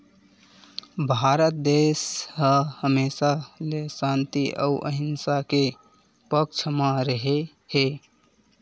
भारत देस ह हमेसा ले सांति अउ अहिंसा के पक्छ म रेहे हे